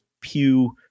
Pew